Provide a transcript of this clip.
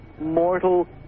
mortal